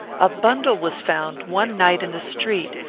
a bundle was found one night in the street,